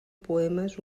poemes